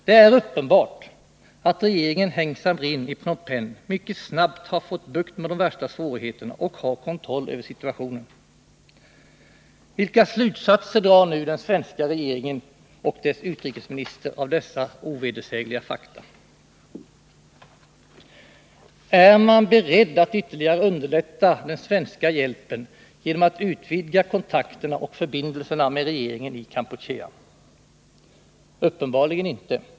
Det är uppenbart att regeringen Heng Samrin i Phnom Penh mycket snabbt har fått bukt med de värsta svårigheterna och har kontroll över situationen. Vilka slutsatser drar nu den svenska regeringen och dess utrikesminister av dessa ovedersägliga fakta? Är man beredd att ytterligare underlätta den svenska hjälpen genom att utvidga kontakterna och förbindelserna med regeringen i Kampuchea? Uppenbarligen inte.